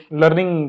learning